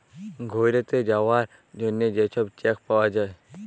ঘ্যুইরতে যাউয়ার জ্যনহে যে ছব চ্যাক পাউয়া যায়